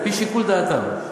על-פי שיקול דעתם,